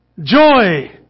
Joy